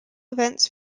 events